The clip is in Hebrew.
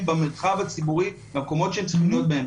במרחב הציבורי במקומות שהם צריכים להיות בהם.